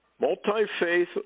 Multi-faith